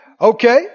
Okay